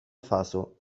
faso